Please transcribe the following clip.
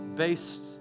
Based